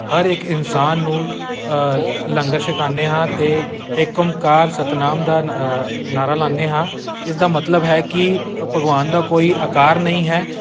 ਹਰ ਇੱਕ ਇਨਸਾਨ ਨੂੰ ਲ ਲੰਗਰ ਛਕਾਉਂਦੇ ਹਾਂ ਅਤੇ ਇੱਕ ਓਂਕਾਰ ਸਤਿਨਾਮ ਦਾ ਨਾ ਨਾਰਾ ਲਗਾਉਂਦੇ ਹਾਂ ਇਸ ਦਾ ਮਤਲਬ ਹੈ ਕੀ ਭ ਭਗਵਾਨ ਦਾ ਕੋਈ ਆਕਾਰ ਨਹੀਂ ਹੈ